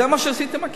זה מה שעשיתי עם הכסף.